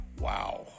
Wow